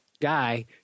guy